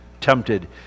tempted